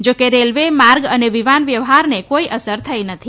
જોકે રેલવે માર્ગ અને વિમાન વ્યવહારને કોઈ અસર થઈ નથી